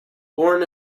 born